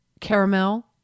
caramel